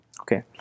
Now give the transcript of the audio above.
Okay